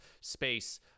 space